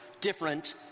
different